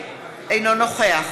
אינו נוכח